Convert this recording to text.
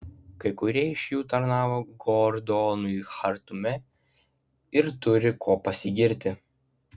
kai kurie iš jų tarnavo gordonui chartume ir turi kuo pasigirti